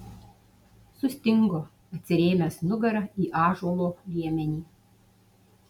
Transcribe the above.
sustingo atsirėmęs nugara į ąžuolo liemenį